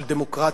של דמוקרטיה,